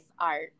art